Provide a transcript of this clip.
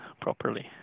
properly